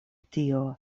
tio